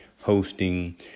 hosting